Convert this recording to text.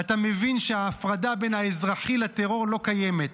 אתה מבין שההפרדה בין האזרחי לטרור לא קיימת.